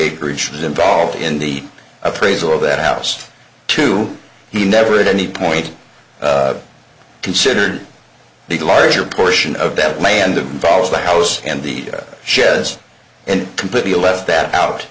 acreage was involved in the appraisal of that house too he never at any point considered the larger portion of that land of ours the house and the sheds and completely left that out